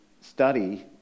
study